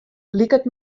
liket